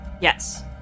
Yes